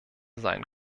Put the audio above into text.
sein